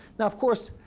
now, of course,